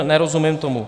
Nerozumím tomu.